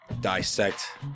dissect